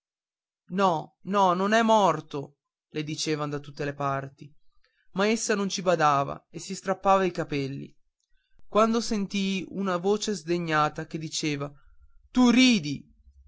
no no non è morto le dicevan da tutte la parti ma essa non ci badava e si strappava i capelli quando sentii una voce sdegnata che disse tu ridi